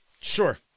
sure